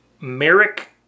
merrick